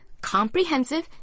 comprehensive